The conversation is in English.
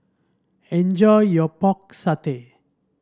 enjoy your Pork Satay